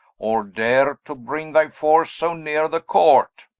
or dare to bring thy force so neere the court?